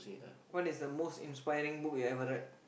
what is the most inspiring book you've ever read